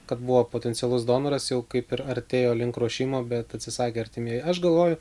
kad buvo potencialus donoras jau kaip ir artėjo link ruošimo bet atsisakė artimieji aš galvoju